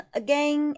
again